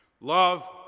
Love